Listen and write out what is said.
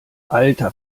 alter